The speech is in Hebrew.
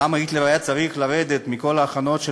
למה היטלר היה צריך לרדת מכל ההכנות של